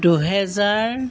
দুহেজাৰ